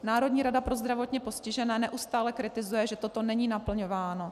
Národní rada pro zdravotně postižené neustále kritizuje, že toto není naplňováno.